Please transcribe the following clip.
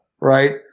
right